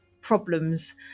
problems